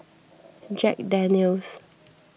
Jack Daniel's